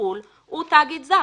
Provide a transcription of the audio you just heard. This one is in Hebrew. בחוץ לארץ, הוא תאגיד זר.